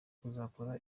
kuzakora